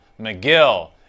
McGill